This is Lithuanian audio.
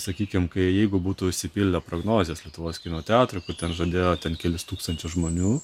sakykim kai jeigu būtų išsipildę prognozės lietuvos kino teatrų kur ten žadėjo ten kelis tūkstančius žmonių